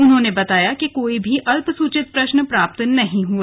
उन्होंने बताया कि कोई भी अल्प सूचित प्रश्न प्राप्त नहीं हुए